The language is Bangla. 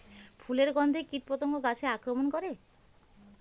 ফুলের গণ্ধে কীটপতঙ্গ গাছে আক্রমণ করে?